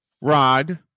Rod